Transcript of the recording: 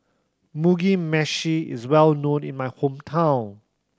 Mugi Meshi is well known in my hometown